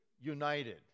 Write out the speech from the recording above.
United